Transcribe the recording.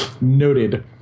Noted